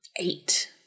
Eight